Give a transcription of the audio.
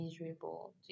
miserable